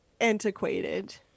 antiquated